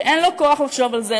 שאין לו כוח לחשוב על זה,